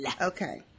Okay